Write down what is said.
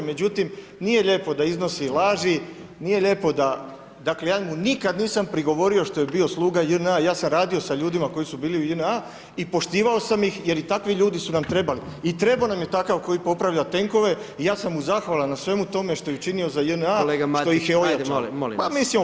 Međutim, nije lijepo da iznosi laži, nije lijepo da, dakle, ja mu nikada nisam prigovorio što je bio sluga JNA, ja sam radio sa ljudima koji su bili u JNA i poštivao sam ih jer i takvi ljudi su nam trebali i trebao nam je takav koji popravlja tenkove i ja sam mu zahvalan na svemu tome što je učinio za JNA [[Upadica: Kolega Matić]] što ih je ojačao